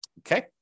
okay